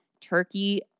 turkey